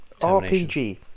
RPG